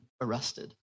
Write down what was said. arrested